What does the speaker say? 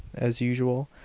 as usual,